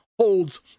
holds